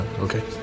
Okay